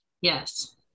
Yes